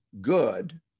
good